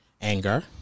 Anger